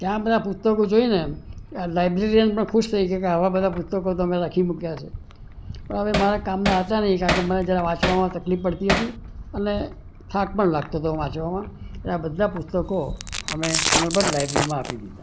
ત્યાં બધા પુસ્તકો જોઈ ને લાયબ્રેરિયન પણ ખુશ થઇ ગઈ કે આવા બધા પુસ્તકો તમે રાખી મૂક્યા છે પણ હવે મારા કામના હતા નહીં કેમકે વાંચવામાં મને જરા તકલીફ પડતી હતી અને થાક પણ લાગતો હતો વાંચવામાં એટલે આ બધાં પુસ્તકો અમે નર્મદ લાયબ્રેરીમાં આપી દીધાં